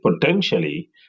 potentially